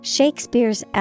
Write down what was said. Shakespeare's